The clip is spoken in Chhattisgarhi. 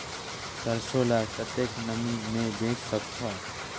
सरसो ल कतेक नमी मे बेच सकथव?